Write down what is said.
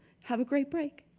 have a great break.